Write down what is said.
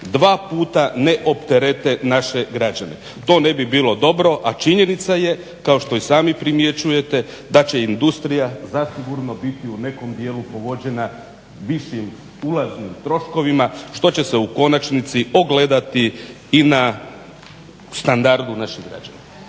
dva puta ne opterete naše građane. To ne bi bilo dobro, a činjenica je kao što i sami primjećujete da će industrija zasigurno biti u nekom dijelu vođena višim ulaznim troškovima što će se u konačnici ogledati i na standardu naših građana.